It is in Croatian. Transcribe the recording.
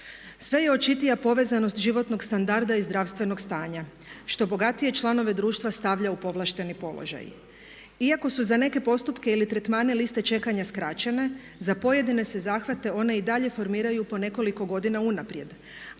Sve je očitija povezanost životnog standarda i zdravstvenog stanja, što bogatije članove društva stavlja u povlašteni položaj. Iako su za neke postupke ili tretmane liste čekanja skraćene za pojedine se zahvate one i dalje formiraju po nekoliko godina unaprijed